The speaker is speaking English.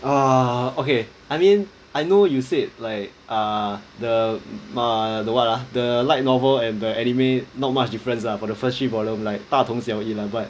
ah okay I mean I know you said like ah the ma~ the what ah the light novel and the anime not much difference lah for the first three volume like 大同小异 lah but